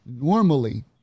normally